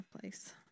place